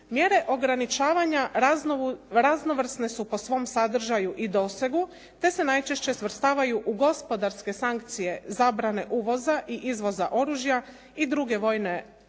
Mjere ograničavanja raznovrsne su po svom sadržaju i dosegu te se najčešće svrstavaju u gospodarske sankcije zabrane uvoza i izvoza oružja i druge vojne opreme,